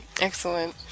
Excellent